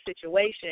situation